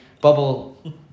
bubble